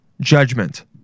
judgment